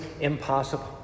impossible